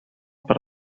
per